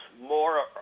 more